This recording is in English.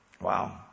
Wow